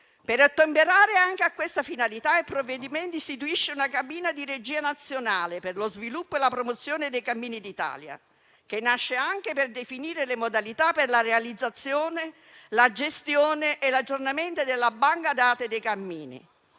Per ottemperare anche a questa finalità, il provvedimento istituisce una cabina di regia nazionale per lo sviluppo e la promozione dei cammini d'Italia, che nasce anche per definire le modalità per la realizzazione, la gestione e l'aggiornamento della banca dati dei cammini.